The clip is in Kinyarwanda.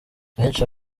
benshi